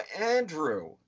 Andrew